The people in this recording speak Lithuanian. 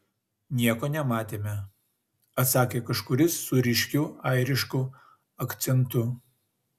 nieko nematėme atsakė kažkuris su ryškiu airišku akcentu